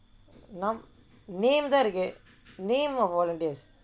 name தான் இருக்கு:thaan irukku names of volunteers